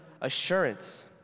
assurance